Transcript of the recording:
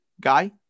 guy